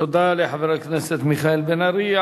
תודה רבה לחבר הכנסת מיכאל בן-ארי.